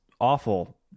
awful